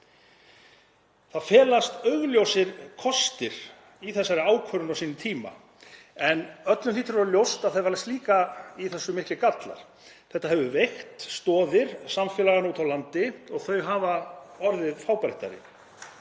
Það felast augljósir kostir í þessari ákvörðun á sínum tíma en öllum hlýtur að vera ljóst að það felast líka í þessu miklir gallar. Þetta hefur veikt stoðir samfélaganna úti á landi og þau hafa orðið fábreyttari.